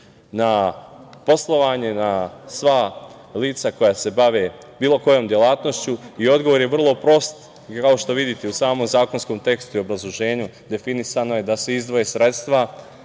na poslovanje, na sva lica koja se bave bilo kojom delatnošću. Odgovor je vrlo prost, kao što vidite u samom zakonskom tekstu i obrazloženju definisano je da se izdvoje sredstva,